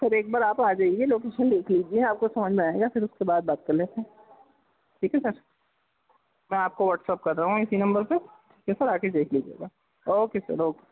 سر ایک بار آپ آ جائیے لوکیشن دیکھ لیجیے آپ کو سمجھ میں آئے گا پھر اُس کے بعد بات کر لیتے ہیں ٹھیک ہے سر میں آپ کو واٹسپ کر رہا ہوں اِسی نمبر پہ ٹھیک ہے آ کے دیکھ لیجیے گا اوکے سر اوکے